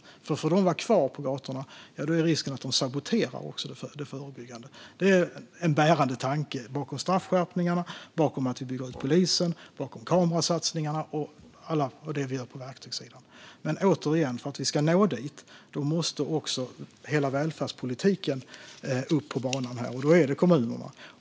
Om dessa individer får vara kvar på gatorna är risken att de saboterar det förebyggande arbetet. Detta är en bärande tanke bakom straffskärpningarna, bakom att vi bygger ut polisen, bakom kamerasatsningarna och bakom det vi gör på verktygssidan. Men, återigen, för att vi ska nå dit måste hela välfärdspolitiken upp på banan. Då handlar det om kommunerna.